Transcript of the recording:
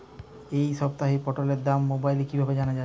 এই সপ্তাহের পটলের দর মোবাইলে কিভাবে জানা যায়?